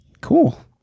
Cool